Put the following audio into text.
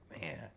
man